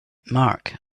mark